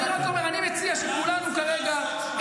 אני מקווה שאף אחד מכם לא יחזור לסרבנות,